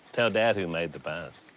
tell dad who made the pies.